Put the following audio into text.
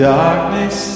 darkness